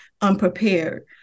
unprepared